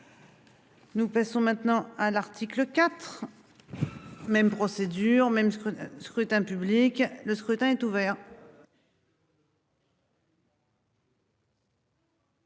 Nous passons maintenant à l'article IV. Même procédure même scrutin, scrutin public. Le scrutin est ouvert.